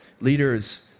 leaders